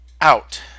out